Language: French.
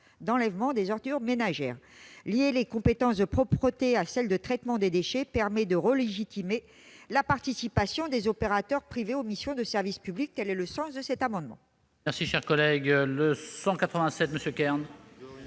d'enlèvement des ordures ménagères. Lier la compétence de propreté à celle de traitement des déchets permet de relégitimer la participation des opérateurs privés aux missions de service public. La parole est à M. Claude